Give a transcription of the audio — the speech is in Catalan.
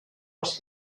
has